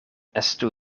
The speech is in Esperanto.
estu